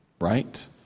right